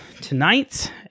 tonight